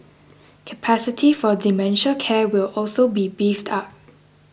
capacity for dementia care will also be beefed up